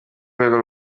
rwego